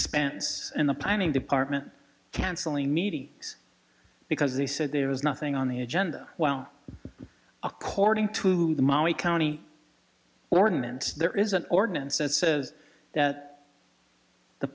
expense in the planning department canceling meetings because they said there was nothing on the agenda well according to the maui county ordinance there is an ordinance that says that the